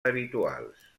habituals